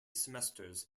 semesters